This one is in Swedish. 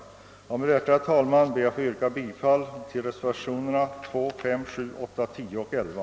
Med det sagda ber jag, herr talman, att få yrka bifall till reservationerna 2, 5, 7, 8, 10 och 11.